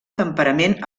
temperament